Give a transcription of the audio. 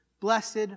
Blessed